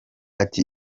ati